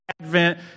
Advent